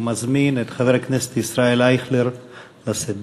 אני מזמין את חבר הכנסת ישראל אייכלר לשאת דברים.